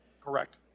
Correct